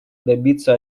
добиться